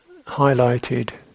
highlighted